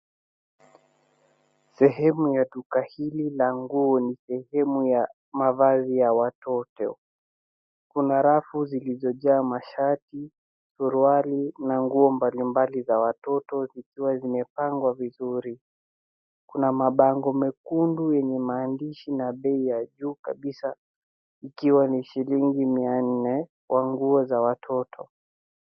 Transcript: Sehemu ya duka hili la nguo ni sehemu ya mavazi ya watoto. Kuna rafu zilizojaa mashati, suruali na nguo mbalimbali za watoto zikiwa zimepangwa vizuri. Kuna mabango mekundu yenye maandishi na bei ya juu kabisa ikiwa ni shilingi 400 kwa nguo za watoto.